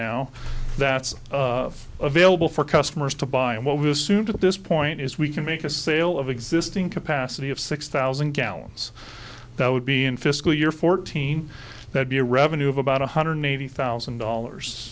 now that's available for customers to buy and what was soon to this point is we can make a sale of existing capacity of six thousand gallons that would be in fiscal year fourteen that be a revenue of about one hundred eighty thousand dollars